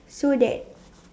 so that